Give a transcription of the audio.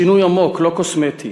שינוי עמוק, לא קוסמטי.